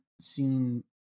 seen